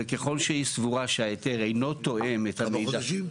וככל שהיא סבורה שההיתר אינו תואם את המידע --- כמה חודשים?